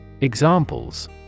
Examples